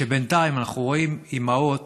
שבינתיים אנחנו רואים אימהות